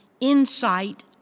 Insight